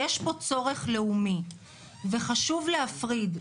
יש פה צורך לאומי וחשוב להפריד,